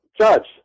judge